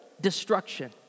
destruction